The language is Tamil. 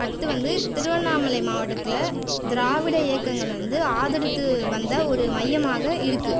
அடுத்து வந்து திருவண்ணாமலை மாவட்டத்தில் திராவிட இயக்கங்கள் வந்து ஆதரித்து வந்த ஒரு மையமாக இருக்கு